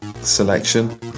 selection